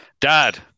Dad